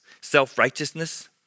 self-righteousness